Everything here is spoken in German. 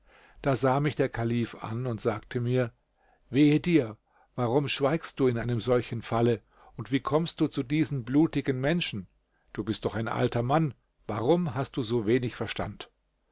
da sah mich der kalif an und sagte mir wehe dir warum schweigst du in einem solchen falle und wie kommst du zu diesen blutigen menschen du bist doch ein alter mann warum hast du so wenig verstand